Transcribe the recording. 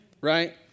Right